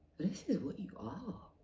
is what you are.